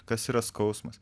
kas yra skausmas